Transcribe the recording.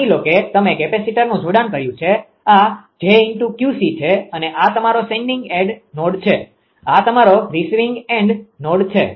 માની લો કે તમે કેપેસિટરનુ જોડાણ કર્યું છે આ 𝑗𝑄𝐶 છે અને આ તમારો સેન્ડીંગ એન્ડ નોડ છે આ તમારો રિસીવિંગ એન્ડ નોડ છે